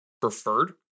preferred